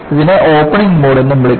ഇതിനെ opening mode എന്നും വിളിക്കുന്നു